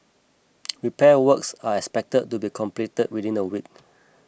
repair works are expected to be completed within a week